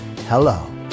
Hello